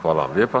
Hvala lijepa.